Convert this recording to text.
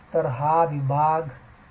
तर हा विभाग अर्धवट होऊ लागला